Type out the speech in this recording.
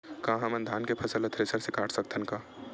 का हमन धान के फसल ला थ्रेसर से काट सकथन का?